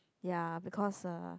ya because uh